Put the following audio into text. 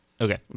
Okay